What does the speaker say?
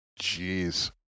Jeez